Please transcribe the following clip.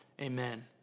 amen